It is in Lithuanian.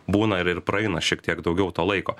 būna ir ir praeina šiek tiek daugiau to laiko